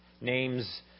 Names